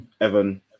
Evan